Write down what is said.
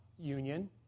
Union